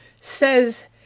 says